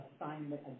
assignment